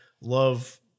love